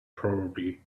probably